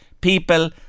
people